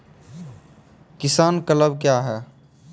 किसान क्लब क्या हैं?